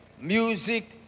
music